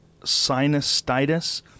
sinusitis